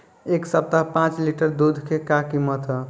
एह सप्ताह पाँच लीटर दुध के का किमत ह?